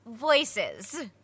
voices